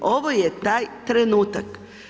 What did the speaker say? Ovo je taj trenutak.